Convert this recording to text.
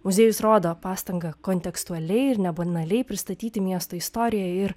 muziejus rodo pastangą kontekstuali ir nebanaliai pristatyti miesto istoriją ir